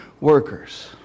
workers